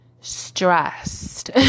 stressed